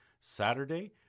Saturday